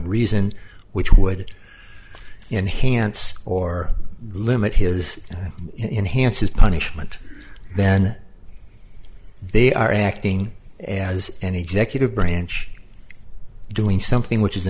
reason which would enhance or limit his enhanced his punishment then they are acting as an executive branch doing something which is the